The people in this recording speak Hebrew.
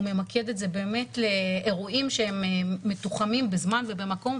הוא ממקד את זה באמת לאירועים שהם מתוחמים בזמן ובמקום,